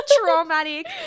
Traumatic